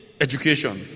education